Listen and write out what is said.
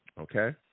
okay